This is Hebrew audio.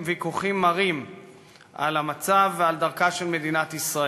ויכוחים מרים על המצב ועל דרכה של מדינת ישראל.